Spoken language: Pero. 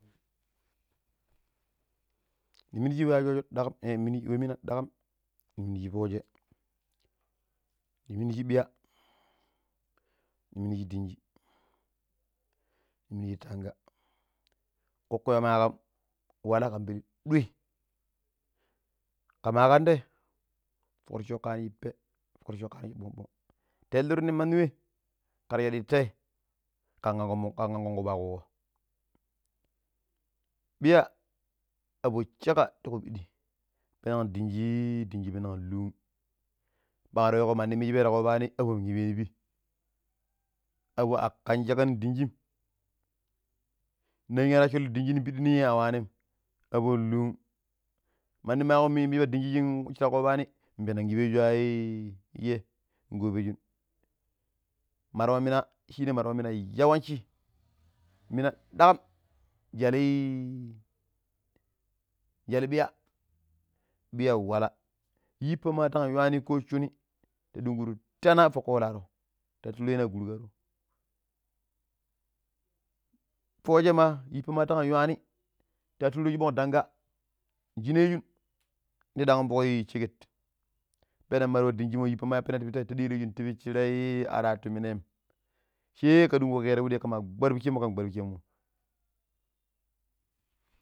Nimiji loa sho sho dakkum we mina dakkam. Nimiji fooje, ni miniji biya, ni minidi dinji, ni miniji tanga kokkoi ma kam wala kan pili doi ke ma ka tai, fok roocoko kaniji pee fukroocoko kani bong bong ta iliru min mani wai kar sadi tee kan ankon ankon kufu ya kuuko, biya abo shikka ti ku piddi penan dinji, dinji pengo luung kwagrigego mani misbai ta koobani abon ibii ya pee abo a kam shikka ni dinjim ninya ta ssolu dinji pidi ninya a waanim aboi lulang. Mani ma weeko, mismisba dinji shire koobani npenen iveju yaa nkopeesun, mar wa mina, shine marwa mine yawanshi, mina dakkam jwali jwali biya, biya wala yippa matan yuni ko sini ta dunkuru tana fok koolaro tatu rweri ya gurgaro. Fooje ma yippama tan yuani ta atu turassu ya bona danga nshine ju ndi dawun fok sheket pinan ma wa dinji moi yippa ma ippina ta pitai ta direjun ti pisharaii i aratu minem she ka dunkuko kero pidi kama gwarpishi kan gwaro pishenmo.